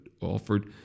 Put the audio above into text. offered